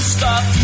Stop